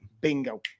Bingo